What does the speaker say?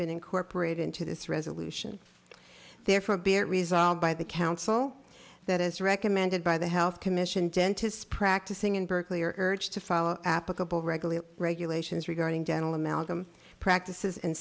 been incorporated into this resolution therefore be it resolved by the council that as recommended by the health commission dentists practicing in berkeley are urged to follow applicable regular regulations regarding dental amalgam practices